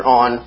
on